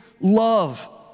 love